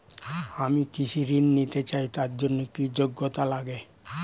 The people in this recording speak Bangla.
আমি কৃষি ঋণ নিতে চাই তার জন্য যোগ্যতা কি লাগে?